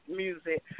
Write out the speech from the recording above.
music